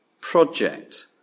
project